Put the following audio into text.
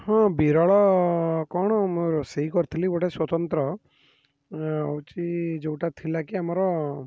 ହଁ ବିରଳ କ'ଣ ମୁଁ ରୋଷେଇ କରିଥିଲି ଗୋଟେ ସ୍ଵତନ୍ତ୍ର ହେଉଛି ଯେଉଁଟା ଥିଲାକି ଆମର